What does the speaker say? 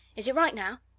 is it right, now?